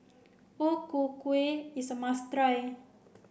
O Ku Kueh is a must try